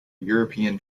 european